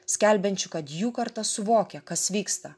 skelbiančiu kad jų karta suvokia kas vyksta